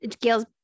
gail's